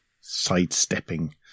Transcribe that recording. sidestepping